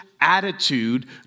attitude